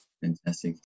Fantastic